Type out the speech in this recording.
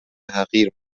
حقیر